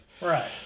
right